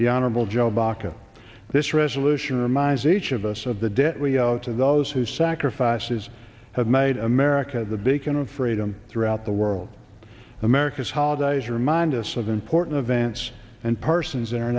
the honorable joe baka this resolution reminds each of us of the debt we owe to those who sacrifices have made america the bacon of freedom throughout the world america's holidays remind us of important events and parsons in our